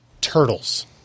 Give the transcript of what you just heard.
turtles